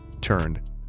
turned